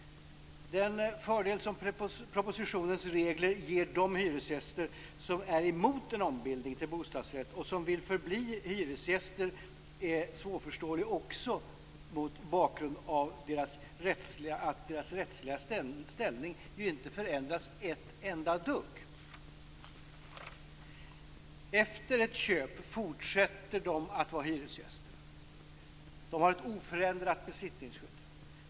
Den fördel som propositionens regler ger de hyresgäster som är emot en ombildning till bostadsrätt och som vill förbli hyresgäster är svårförståelig också mot bakgrund av att deras rättsliga ställning inte förändras ett enda dugg. Efter ett köp fortsätter de att vara hyresgäster. De har ett oförändrat besittningsskydd.